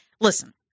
listen